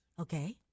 Okay